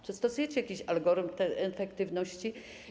Czy stosujecie jakiś algorytm efektywności?